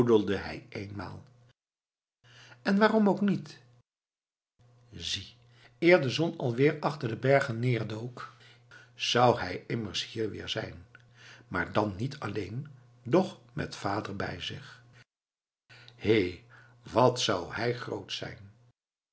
hij eenmaal en waarom ook niet zie eer de zon alweer achter de bergen neerdook zou hij immers hier weer zijn maar dan niet alleen doch met vader bij zich hé wat zou hij grootsch zijn